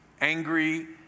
angry